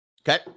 Okay